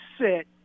sit